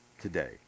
today